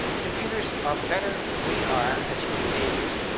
computers are better than we are, as human beings,